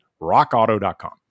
rockauto.com